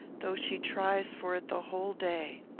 though she tries for it the whole day.